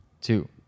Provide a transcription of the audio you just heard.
Two